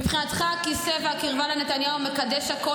מבחינתך כיסא והקרבה לנתניהו מקדשים הכול,